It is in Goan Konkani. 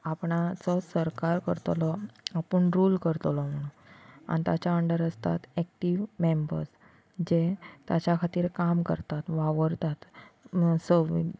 आपणाचो सरकार करतलो आपूण रूल करतलो म्हणून आनी ताच्या अंडर आसतात एकटीव म्मेबर्ज जें ताच्या खातीर काम करतात वावरतात सव्वे